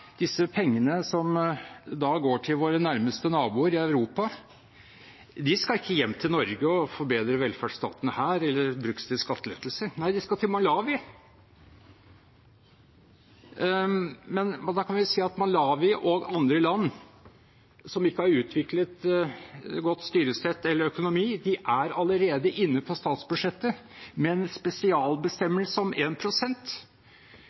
disse pengene som da går til våre nærmeste naboer i Europa, skal ikke hjem til Norge og forbedre velferdsstaten her eller brukes til skattelettelser – nei, de skal til Malawi. Da kan vi si at Malawi og andre land som ikke har utviklet godt styresett eller økonomi, allerede er inne på statsbudsjettet med en